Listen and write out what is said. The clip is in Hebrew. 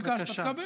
ביקשת, תקבל.